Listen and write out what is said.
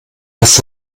dass